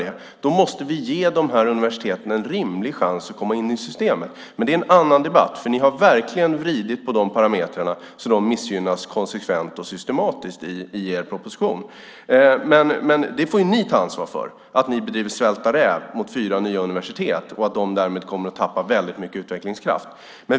Då måste vi ge de här universiteten en rimlig chans att komma in i systemet. Men det är en annan debatt. Ni har verkligen vridit på parametrarna i er proposition så att de missgynnas konsekvent och systematiskt. Det är ju ni som får ta ansvar för att ni bedriver svälta räv mot fyra nya universitet och att de därmed kommer att tappa mycket utvecklingskraft.